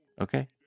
Okay